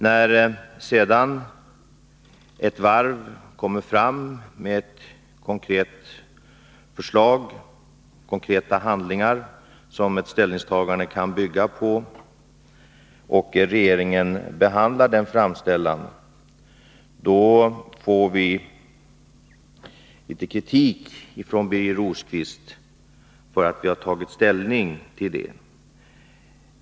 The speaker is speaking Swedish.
När så ett varv presenterar ett konkret förslag och konkreta handlingar, som ett ställningstagande kan bygga på, och regeringen behandlar denna framställan, då får vi kritik av Birger Rosqvist för att vi har tagit ställning.